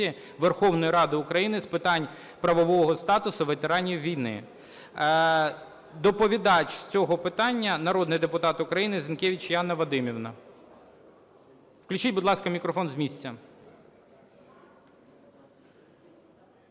Верховної Ради України з питань правового статусу ветеранів війни. Доповідач з цього питання – народний депутат України Зінкевич Яна Вадимівна. Включіть, будь ласка, мікрофон з місця.